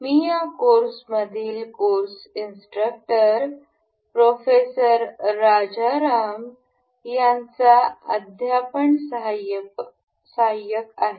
मी या कोर्समधील course instructor professor Rajaram यांचा अध्यापन सहाय्यक आहे